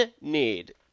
need